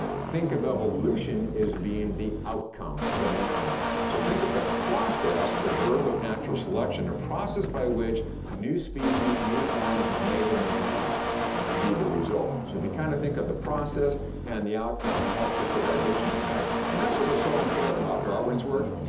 think of evolution as being the outcome, the noun. so think of the process, the verb of natural selection, or process by which new species, new forms may or may not be the result. so if you kinda kind of think of the process and the outcome, it helps us with our diction tonight. and that's what was so important about darwin's work,